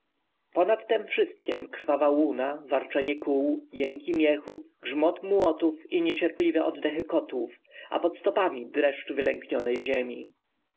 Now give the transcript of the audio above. ponad tem wszystkiem krwawa łuna warczenie kół jęki miechów grzmot młotów i niecierpliwe oddechy kotłów a pod stopami dreszcz wylęknionej ziemi